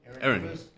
Aaron